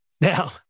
Now